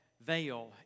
veil